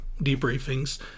debriefings